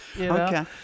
Okay